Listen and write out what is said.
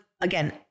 again